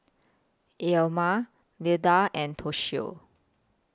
Elam Leda and Toshio